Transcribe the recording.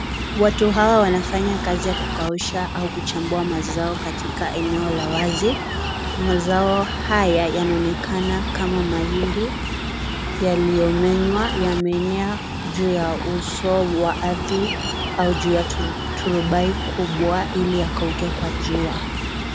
Watu hawa wanafanya kazi ya kukausha au kuchambua mazao katika eneo la wazi. Mazao haya, yanaonekana kama mahindi yaliyomenywa, yameenea juu ya uso wa ardhi au juu ya turubai kubwa, ili yakauke kwa jua.